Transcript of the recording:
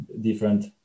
different